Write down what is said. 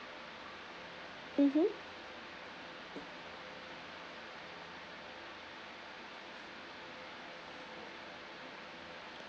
mmhmm